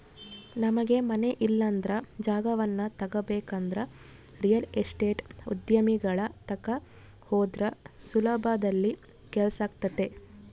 ನಮಗೆ ಮನೆ ಇಲ್ಲಂದ್ರ ಜಾಗವನ್ನ ತಗಬೇಕಂದ್ರ ರಿಯಲ್ ಎಸ್ಟೇಟ್ ಉದ್ಯಮಿಗಳ ತಕ ಹೋದ್ರ ಸುಲಭದಲ್ಲಿ ಕೆಲ್ಸಾತತೆ